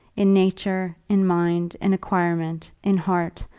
in nature, in mind, in acquirement, in heart,